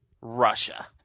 Russia